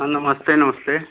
हाँ नमस्ते नमस्ते